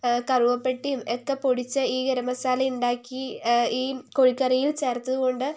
കറുവപ്പട്ടയും ഒക്കെ പൊടിച്ച ഈ ഗരം മസാല ഉണ്ടാക്കി ഈ കോഴിക്കറിയിൽ ചേർത്തതുകൊണ്ട്